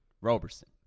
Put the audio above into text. Roberson